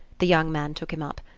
the young man took him up.